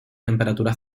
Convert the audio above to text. temperatura